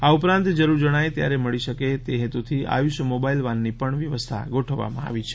આ ઉપરાંત જરૂર જણાય ત્યારે મળી શકે તે હેતુથી આયુષ મોબાઇલ વાનની પણ વ્યવસ્થા ગોઠવવામાં આવી છે